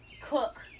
cook